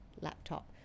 laptop